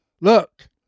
Look